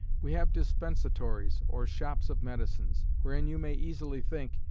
we have dispensatories, or shops of medicines. wherein you may easily think,